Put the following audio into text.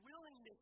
willingness